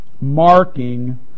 Marking